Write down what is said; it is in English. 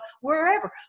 wherever